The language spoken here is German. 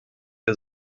der